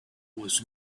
was